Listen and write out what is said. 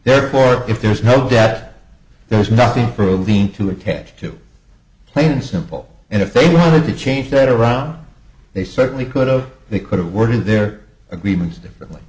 therefore if there was no debt there was nothing for a living to attach to plain and simple and if they wanted to change that around they certainly could of they could have worded their agreements differently